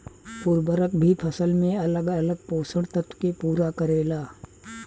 उर्वरक भी फसल में अलग अलग पोषण तत्व के पूरा करेला